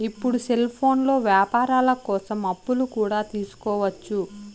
ఇప్పుడు సెల్ఫోన్లో వ్యాపారాల కోసం అప్పులు కూడా తీసుకోవచ్చు